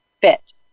fit